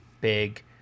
big